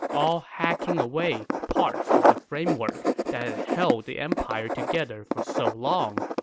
all hacking away parts of the framework that had held the empire together for so long.